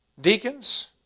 Deacons